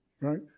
Right